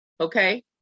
Okay